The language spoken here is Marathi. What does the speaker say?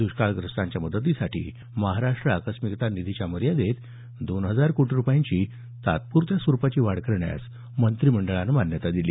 दुष्काळग्रस्तांच्या मदतीसाठी महाराष्ट्र आकस्मिकता निधीच्या मर्यादेत दोन हजार कोटी रुपयांची तात्पुरत्या स्वरुपाची वाढ करण्यास मंत्रिमंडळानं मान्यता दिली